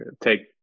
Take